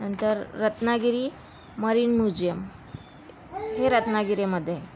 नंतर Ratnagiri marine museum हे रत्नागिरीमध्ये